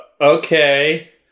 Okay